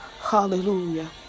Hallelujah